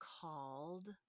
called